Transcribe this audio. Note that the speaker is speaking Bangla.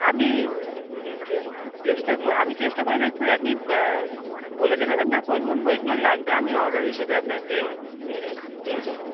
আমি চে চেষ্টা করে আমি চেষ্টা করে দেখতে পারি আপনি বলে দেবেন আপনার কোন কোন বইগুলো লাগবে আমি অর্ডার হিসেবে আপনাকে এ দিয়ে দেব